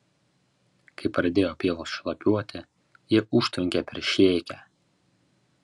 kai pradėjo pievos šlapiuoti jie užtvenkė peršėkę